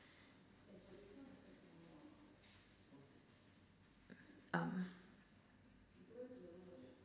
um